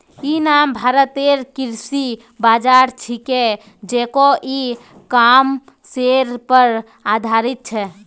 इ नाम भारतेर कृषि बाज़ार छिके जेको इ कॉमर्सेर पर आधारित छ